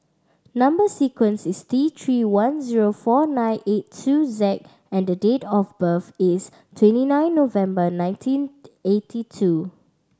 number sequence is T Three one zero four nine eight two Z and the date of birth is twenty nine November nineteen eighty two